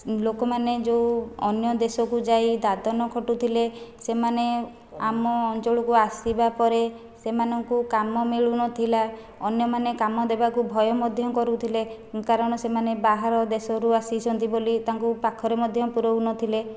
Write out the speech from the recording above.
ଲୋକମାନେ ଯେଉଁ ଅନ୍ୟ ଦେଶକୁ ଯାଇ ଦାଦନ ଖଟୁଥିଲେ ସେମାନେ ଆମ ଅଞ୍ଚଳକୁ ଆସିବା ପରେ ସେମାନଙ୍କୁ କାମ ମିଳୁନଥିଲା ଅନ୍ୟମାନେ କାମ ଦେବାକୁ ଭୟ ମଧ୍ୟ କରୁଥିଲେ କାରଣ ସେମାନେ ବାହାରଦେଶରୁ ଆସିଛନ୍ତି ବୋଲି ତାଙ୍କୁ ପାଖରେ ମଧ୍ୟ ପୁରାଉନଥିଲେ